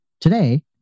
Today